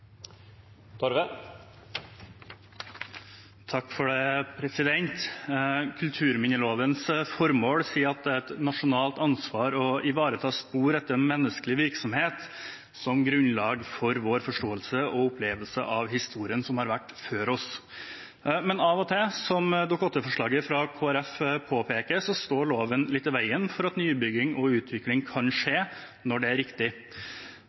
et nasjonalt ansvar å ivareta spor etter menneskelig virksomhet som grunnlag for vår forståelse og opplevelse av historien som har vært før oss. Men av og til, som Dokument 8-forslaget fra Kristelig Folkeparti påpeker, står loven litt i veien for at nybygging og utvikling kan skje når det er riktig.